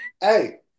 Hey